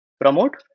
promote